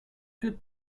good